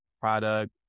product